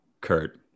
Kurt